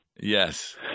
Yes